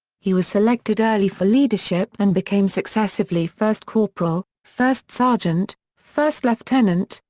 he was selected early for leadership and became successively first corporal, first sergeant, first lieutenant,